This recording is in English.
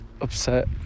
upset